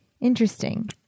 Interesting